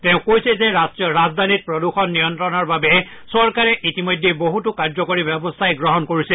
তেওঁ কৈছে যে ৰাষ্ট্ৰীয় ৰাজধানীত প্ৰদূষণ নিয়ন্ত্ৰণৰ বাবে চৰকাৰে ইতিমধ্যেই বহুতো কাৰ্যকৰী ব্যৱস্থা গ্ৰহণ কৰিছে